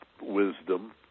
wisdom